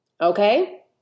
okay